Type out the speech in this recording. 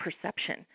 perception